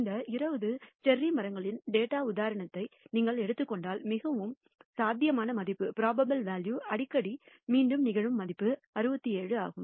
இந்த 20 செர்ரி மரங்களின் டேட்டாவின் உதாரணத்தை நீங்கள் எடுத்துக் கொண்டால் மிகவும் சாத்தியமான மதிப்பு அடிக்கடி மீண்டும் நிகழும் மதிப்பு 67 ஆகும்